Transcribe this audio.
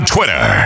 Twitter